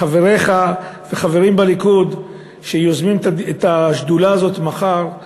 חבריך וחברים בליכוד שיוזמים את השדולה הזאת מחר,